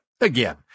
again